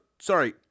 sorry